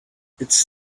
it’s